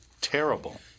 terrible